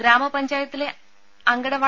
ഗ്രാമപഞ്ചായത്തിലെ അങ്കൺവാടി